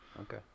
Okay